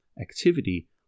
activity